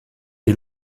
est